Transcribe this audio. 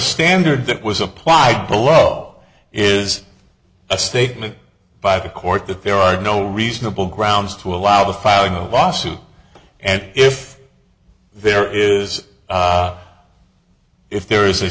standard that was applied below is a statement by the court that there are no reasonable grounds to allow the filing a lawsuit and if there is if there is a